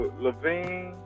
Levine